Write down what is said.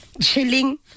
chilling